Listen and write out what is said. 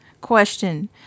question